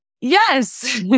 Yes